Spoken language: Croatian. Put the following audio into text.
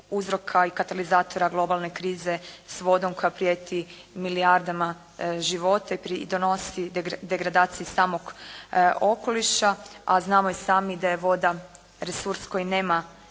uzroka i katalizatora globalne krize s vodom koja prijeti milijardama života i donosi degradaciji samog okoliša, a znamo i sami da je voda resurs koji nema